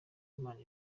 imana